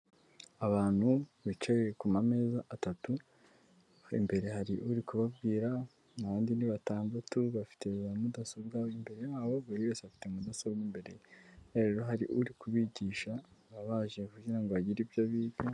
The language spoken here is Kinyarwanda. Abantu bicaye ku mameza atatu, imbere hari uri kubabwira, abandi ni batandatu bafite za mudasobwa imbere yabo buri wese afite mudasobwa mbere ye, rero hari uri kubigisha abaje kugira ngo bagire ibyo biga.